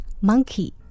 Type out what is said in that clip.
Monkey